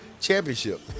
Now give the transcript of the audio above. championship